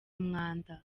umwanda